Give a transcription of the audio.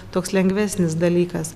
toks lengvesnis dalykas